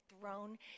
throne